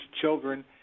children